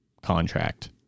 contract